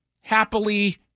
Happily